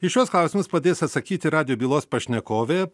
į šiuos klausimus padės atsakyti radijo bylos pašnekovė